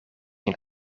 een